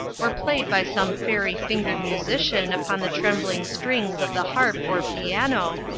or played by some fairy-fingered musician upon the trembling strings of the harp or piano,